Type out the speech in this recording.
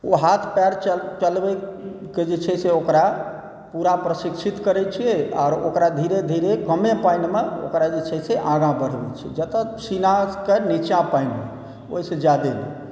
ओ हाथ पैर चलबै कऽ जे छै ओकरा पुरा प्रशिक्षित करै छियै आर ओकरा धीरे धीरे कम पानिमे ओकरा जे छै से आगाँ बढ़बै छी जतऽ सीना कऽ नीचाँ पानि हो ओहिसे ज्यादे हो